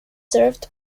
served